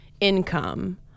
income